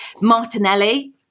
Martinelli